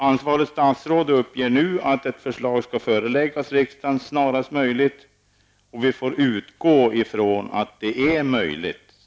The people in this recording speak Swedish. Ansvarigt statsråd uppger nu att ett förslag skall föreläggas riksdagen snarast möjligt, och vi får utgå från att det blir möjligt.